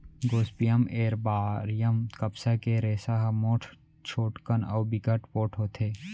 Gossypium arboreum कपसा के रेसा ह मोठ, छोटकन अउ बिकट पोठ होथे